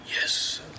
Yes